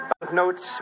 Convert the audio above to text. banknotes